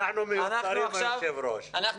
אנחנו